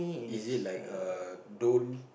is like err don't